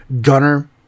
Gunner